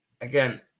Again